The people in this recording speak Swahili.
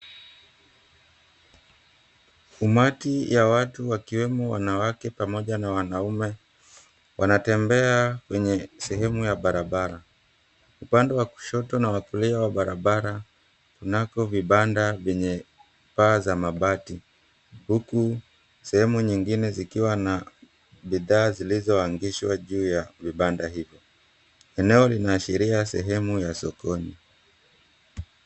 Umati ya watu, wakiwemo wanawake pamoja na wanaume, wanatembea kwenye sehemu ya barabara. Upande wa kushoto na wa kulia wa barabara, kunako vibanda vyenye paa za mabati. Huku sehemu nyingine zikiwa na bidhaa zilizoangishwa juu ya vibanda hivyo. Eneo linaashiria sehemu ya sokoni.